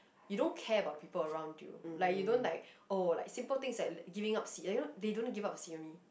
you don't care about people around you like you don't like oh like simple thing like giving up seat you know they don't give up seat